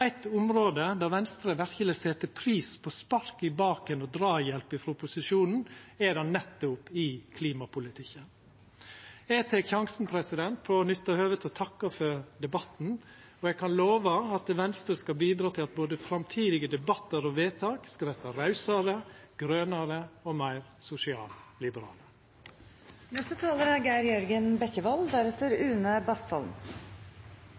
eitt område der Venstre verkeleg set pris på spark i baken og draghjelp frå opposisjonen, er det nettopp i klimapolitikken. Eg tek sjansen på å nytta høvet til å takka for debatten, og eg kan lova at Venstre skal bidra til at både framtidige debattar og vedtak skal verta rausare, grønare og meir sosialliberale. Når hele partiledelsen er